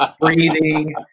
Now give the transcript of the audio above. breathing